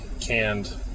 canned